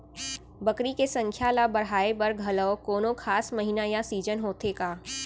बकरी के संख्या ला बढ़ाए बर घलव कोनो खास महीना या सीजन होथे का?